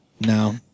no